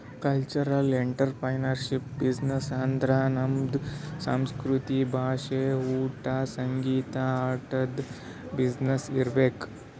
cultural entrepreneurship business ಅಂದುರ್ ನಮ್ದು ಸಂಸ್ಕೃತಿ, ಭಾಷಾ, ಊಟಾ, ಸಂಗೀತ, ಆಟದು ಬಿಸಿನ್ನೆಸ್ ಇರ್ಬೇಕ್